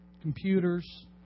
Computers